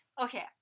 Okay